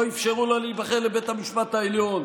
לא אפשרו לה להיבחר לבית המשפט העליון.